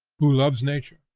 who loves nature?